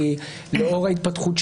זה הלשון של